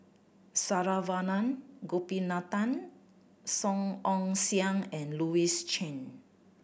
Saravanan Gopinathan Song Ong Siang and Louis Chen